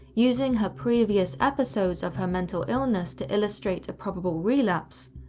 using her previous episodes of her mental illness to illustrate a probable relapse,